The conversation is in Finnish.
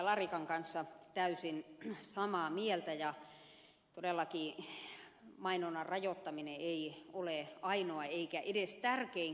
larikan kanssa täysin samaa mieltä ja todellakin mainonnan rajoittaminen ei ole ainoa eikä edes tärkein keino